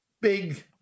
big